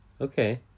Okay